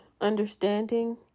understanding